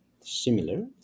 similar